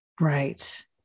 Right